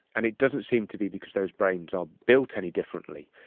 and it doesn't seem to be because those brains are built any differently,